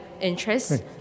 interests